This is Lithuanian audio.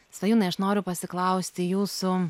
svajūnai aš noriu pasiklausti jūsų